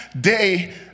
day